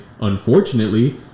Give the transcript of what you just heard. unfortunately